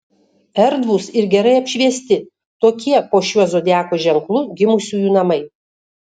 erdvūs ir gerai apšviesti tokie po šiuo zodiako ženklu gimusiųjų namai